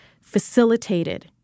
facilitated